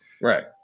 right